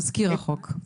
תסקיר החוק.